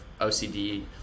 OCD